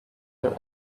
their